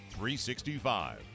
365